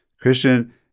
Christian